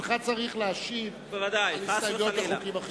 אינך צריך להשיב על הסתייגויות בחוקים אחרים.